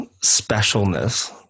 specialness